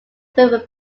swimming